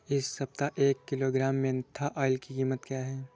इस सप्ताह एक किलोग्राम मेन्था ऑइल की कीमत क्या है?